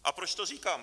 A proč to říkám?